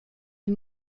est